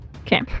Okay